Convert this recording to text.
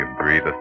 breathe